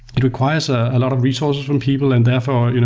requires a lot of resources from people. and therefore, you know